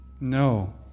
No